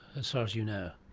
as far as you know.